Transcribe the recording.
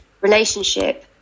relationship